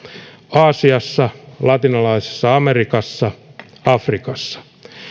aasiassa latinalaisessa amerikassa ja afrikassa